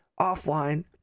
offline